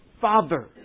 Father